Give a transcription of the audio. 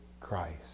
Christ